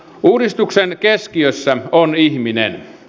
uudistuksen keskiössä on ihminen